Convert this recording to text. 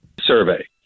survey